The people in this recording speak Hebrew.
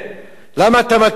למה אתה מכה אותי?